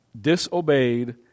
disobeyed